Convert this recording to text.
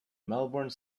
melbourne